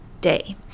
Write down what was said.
day